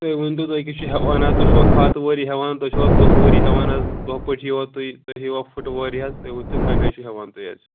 تُہۍ ؤنۍتو تُہۍ کیٛاہ چھُ ہٮ۪وان حظ تُہۍ چھُوا کھاتہٕ وٲری ہٮ۪وان تُہۍ چھُوا دۄہ وٲری ہٮ۪وان حظ دۄہ پٲٹھۍ یِیٖوا تُہۍ تُہۍ ہیٚوا فُٹہٕ وٲری حظ تُہۍ ؤنۍتَو کَمہِ آے چھُ ہٮ۪وان تُہۍ حظ